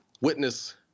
witness